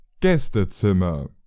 Gästezimmer